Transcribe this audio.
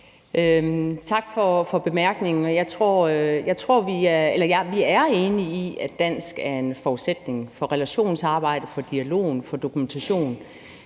Tak for bemærkningen. Vi er enige om, at dansk er en forudsætning for relationsarbejdet, for dialogen og for dokumentationen.